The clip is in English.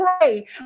pray